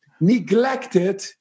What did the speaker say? neglected